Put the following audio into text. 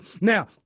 now